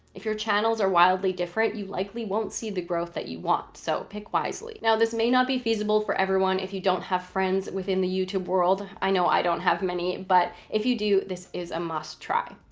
if your channels are wildly different, you likely won't see the growth that you want. so pick wisely. now, this may not be feasible for everyone if you don't have friends within the youtube world. i know i don't have many, but if you do, this is a must try.